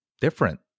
different